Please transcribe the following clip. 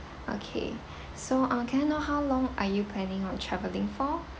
okay so uh can I know how long are you planning on traveling for